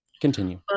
continue